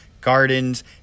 gardens